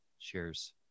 Cheers